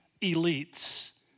elites